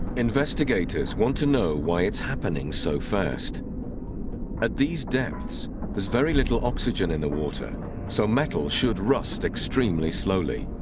investigators want to know why it's happening so fast at these depths there's very little oxygen in the water so metal should rust extremely slowly